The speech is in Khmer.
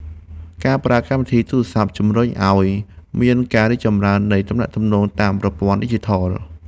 ការប្រើកម្មវិធីទូរសព្ទ ជំរុញឱ្យមានការរីកចម្រើននៃទំនាក់ទំនងតាមប្រព័ន្ធឌីជីថល។